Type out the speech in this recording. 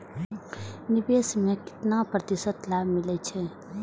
निवेश में केतना प्रतिशत लाभ मिले छै?